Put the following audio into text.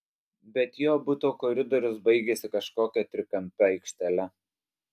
bet jo buto koridorius baigėsi kažkokia trikampe aikštele